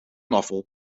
novel